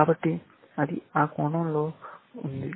కాబట్టి అది ఆ కోణంలో ఉంది